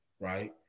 right